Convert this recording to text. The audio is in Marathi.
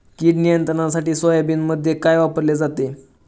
कीड नियंत्रणासाठी सोयाबीनमध्ये काय वापरले जाते?